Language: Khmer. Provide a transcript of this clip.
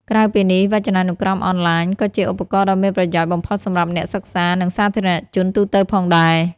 ក្រៅពីនេះ វចនានុក្រមអនឡាញ ក៏ជាឧបករណ៍ដ៏មានប្រយោជន៍បំផុតសម្រាប់អ្នកសិក្សា និងសាធារណជនទូទៅផងដែរ។